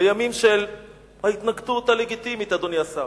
בימים של ההתנגדות הלגיטימית, אדוני השר,